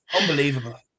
unbelievable